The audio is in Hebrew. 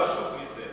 יותר חשוב מזה,